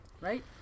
Right